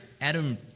Adam